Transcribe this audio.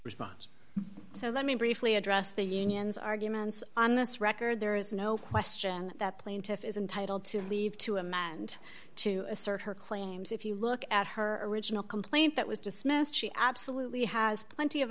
response so let me briefly address the union's arguments on this record there is no question that plaintiff is entitled to leave to amend to assert her claims if you look at her original complaint that was dismissed she absolutely has plenty of